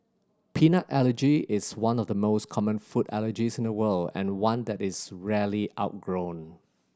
peanut allergy is one of the most common food allergies in the world and one that is rarely outgrown